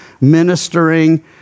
ministering